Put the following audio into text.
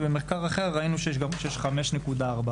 ובמחקר אחר ראינו שזה גבוה גם ב-5.4%.